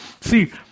see